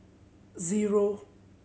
zero